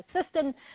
assistant